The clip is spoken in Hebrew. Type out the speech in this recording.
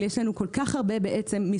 אבל יש כל כך הרבה משרדים,